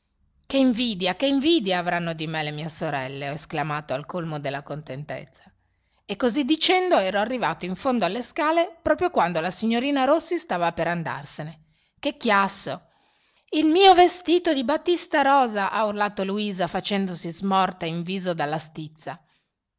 che invidia che invidia avranno di me le mie sorelle ho esclamato al colmo della contentezza e così dicendo ero arrivato in fondo alle scale proprio quando la signorina rossi stava per andarsene che chiasso il mio vestito di batista rosa ha urlato luisa facendosi smorta in viso dalla stizza